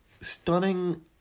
stunning